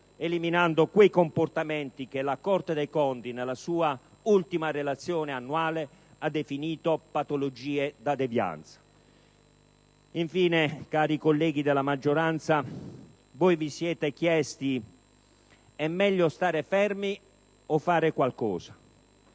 eliminando quei comportamenti che la Corte dei conti nella sua ultima relazione annuale ha definito patologie da devianza. Infine, cari colleghi della maggioranza, voi vi siete chiesti: è meglio stare fermi o fare qualcosa?